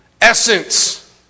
essence